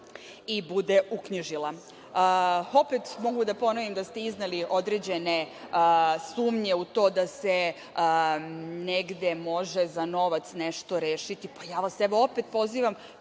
i bude uknjižila. Opet mogu da ponovim da ste izneli određene sumnje u to da se negde može za novac nešto rešiti, pa vas ja opet pozivam